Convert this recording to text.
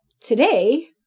Today